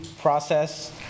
process